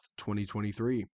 2023